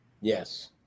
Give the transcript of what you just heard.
Yes